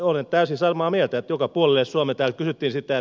olen täysin samaa mieltä että joka puolelle suomea